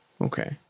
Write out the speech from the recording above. Okay